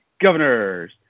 Governors